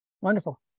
Wonderful